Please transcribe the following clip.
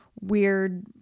weird